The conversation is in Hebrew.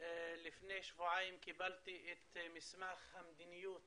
לפני שבועיים קיבלתי את מסמך המדיניות